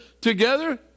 together